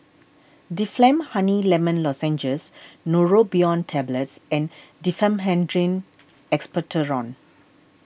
Difflam Honey Lemon Lozenges Neurobion Tablets and Diphenhydramine Expectorant